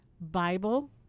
bible